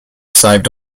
saved